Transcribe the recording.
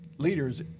leaders